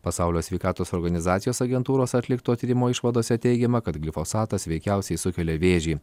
pasaulio sveikatos organizacijos agentūros atlikto tyrimo išvadose teigiama kad glifosatas veikiausiai sukelia vėžį